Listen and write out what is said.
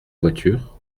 voiture